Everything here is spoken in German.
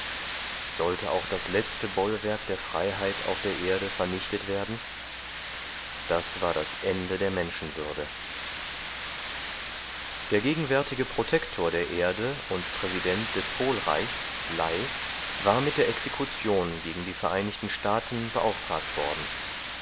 sollte auch das letzte bollwerk der freiheit auf der erde vernichtet werden das war das ende der menschenwürde der gegenwärtige protektor der erde und präsident des polreichs lei war mit der exekution gegen die vereinigten staaten beauftragt worden